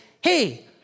hey